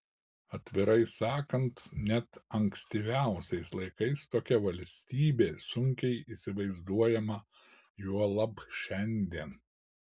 atvirai sakant net ankstyviausiais laikais tokia valstybė sunkiai įsivaizduojama juolab šiandien